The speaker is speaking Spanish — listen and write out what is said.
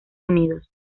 unidos